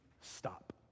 stop